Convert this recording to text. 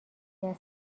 اگر